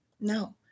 no